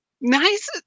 Nice